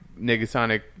Negasonic